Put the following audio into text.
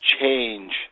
change